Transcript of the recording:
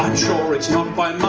sure it's not by